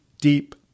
deep